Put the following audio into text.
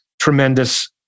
tremendous